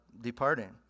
departing